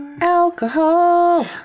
Alcohol